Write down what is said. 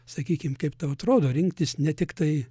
sakykim kaip tau atrodo rinktis ne tiktai